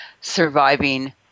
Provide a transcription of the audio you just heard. surviving